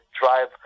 drive